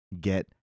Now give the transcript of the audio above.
get